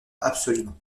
absolument